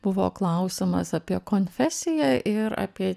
buvo klausimas apie konfesiją ir apie